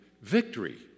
victory